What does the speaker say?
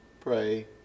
pray